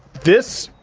this,